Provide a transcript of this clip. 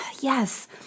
Yes